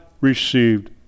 received